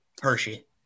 Hershey